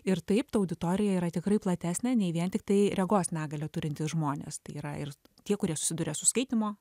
ir taip ta auditorija yra tikrai platesnė nei vien tiktai regos negalią turintys žmonės tai yra ir tie kurie susiduria su skaitymo